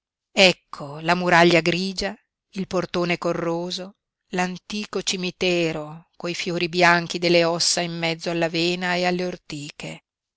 ecco la muraglia grigia il portone corroso l'antico cimitero coi fiori bianchi delle ossa in mezzo all'avena e alle ortiche